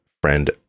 friend